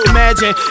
Imagine